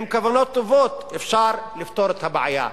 עם כוונות טובות אפשר לפתור את הבעיה.